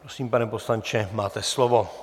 Prosím, pane poslanče, máte slovo.